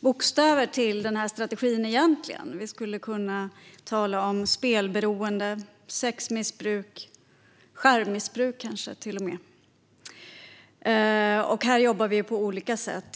bokstäver till denna strategi - vi skulle kunna tala om spelberoende, sexmissbruk och kanske till och med om skärmmissbruk. Här jobbar vi på olika sätt.